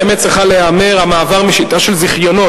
האמת צריכה להיאמר: המעבר משיטה של זיכיונות